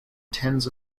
tens